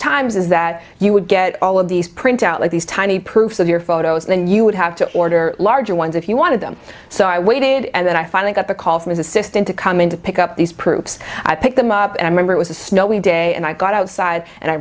times is that you would get all of these print out like these tiny proofs of your photos and then you would have to order larger ones if you wanted them so i waited and then i finally got the call from an assistant to come in to pick up these proofs i picked them up and i remember it was a snowy day and i got outside and i